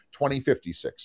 2056